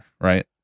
right